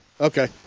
Okay